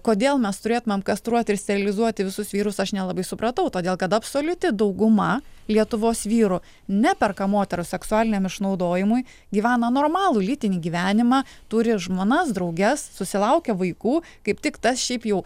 kodėl mes turėtumėm kastruoti ir sterilizuoti visus vyrus aš nelabai supratau todėl kad absoliuti dauguma lietuvos vyrų neperka moterų seksualiniam išnaudojimui gyvena normalų lytinį gyvenimą turi žmonas drauges susilaukia vaikų kaip tik tas šiaip jau